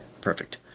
perfect